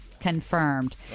confirmed